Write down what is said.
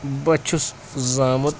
بہٕ چھُس زامُت